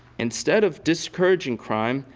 instead of discouraging crime,